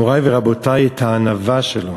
מורי ורבותי, את הענווה שלו.